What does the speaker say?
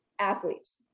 athletes